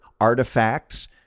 artifacts